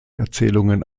erzählungen